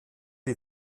die